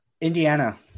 Indiana